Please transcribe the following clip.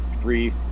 three